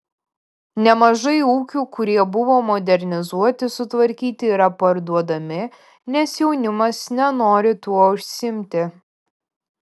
nemažai ūkių kurie buvo modernizuoti sutvarkyti yra parduodami nes jaunimas nenori tuo užsiimti